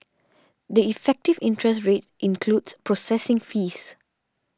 the effective interest rate includes processing fees